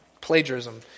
plagiarism